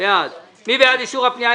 מי בעד אישור הפנייה?